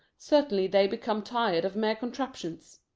certainly they become tired of mere contraptions.